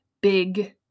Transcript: big